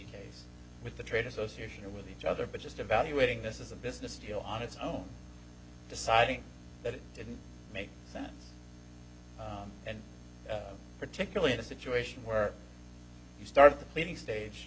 case with the trade association or with each other but just evaluating this is a business deal on its own deciding that it didn't make sense and particularly in a situation where you start the planning stage